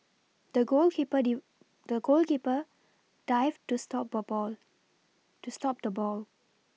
the goalkeeper deep the goalkeeper dived to stop ball ball to stop the ball